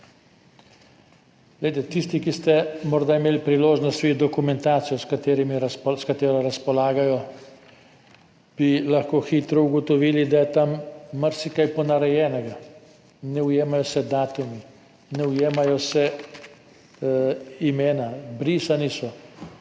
Tisti, ki ste morda imeli priložnost videti dokumentacijo, s katero razpolagajo, bi lahko hitro ugotovili, da je tam marsikaj ponarejenega. Ne ujemajo se datumi, ne ujemajo se imena, brisana so,